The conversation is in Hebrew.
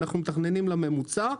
אנחנו מתכננים לממוצע,